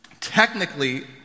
Technically